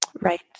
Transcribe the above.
Right